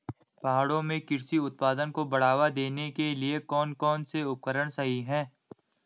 पहाड़ों में कृषि उत्पादन को बढ़ावा देने के लिए कौन कौन से उपकरण सही हैं?